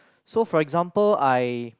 so for example I